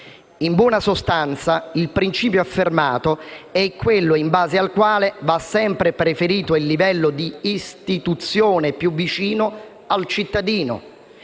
In buona sostanza, il principio affermato è quello in base al quale va sempre preferito il livello di istituzione più vicino al cittadino,